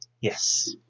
Yes